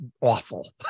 awful